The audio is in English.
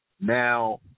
Now